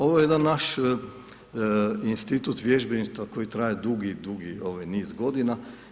Ovo je jedan naš institut vježbeništva koji traje dugi, dugi niz godina.